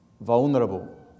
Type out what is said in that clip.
vulnerable